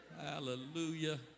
Hallelujah